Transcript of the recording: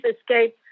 escape